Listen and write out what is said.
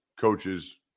coaches